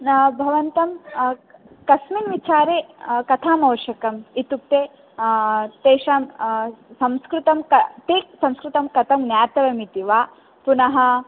न भवन्तं कस्मिन् विचारे कथाम् आवश्यकम् इत्युक्ते तेषां संस्कृतं क ते संस्कृतं कथं ज्ञातव्यम् इति वा पुनः